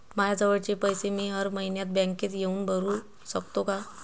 मायाजवळचे पैसे मी हर मइन्यात बँकेत येऊन भरू सकतो का?